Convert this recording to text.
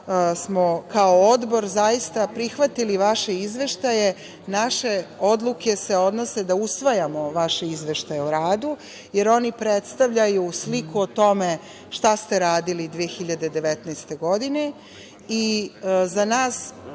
smo kao Odbor zaista prihvatili vaše izveštaje. Naše odluke se odnose da usvajamo vaše izveštaje o radu, jer oni predstavljaju sliku o tome šta ste radili 2019. godine.Za nas